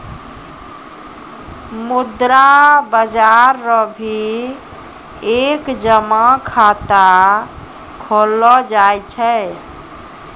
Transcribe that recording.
मुद्रा बाजार रो भी एक जमा खाता खोललो जाय छै